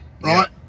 Right